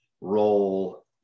role